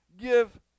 give